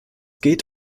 geht